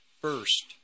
first